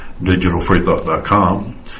digitalfreethought.com